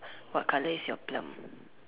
what colour is your plum